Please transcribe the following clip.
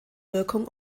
wirkung